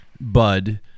Bud